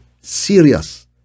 serious